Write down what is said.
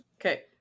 Okay